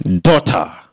daughter